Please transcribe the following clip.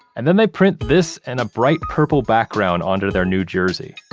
and then they print this and a bright purple background onto their new jersey.